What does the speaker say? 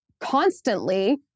constantly